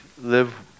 live